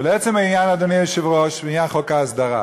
לעצם העניין, אדוני היושב-ראש, בעניין חוק ההסדרה,